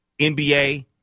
NBA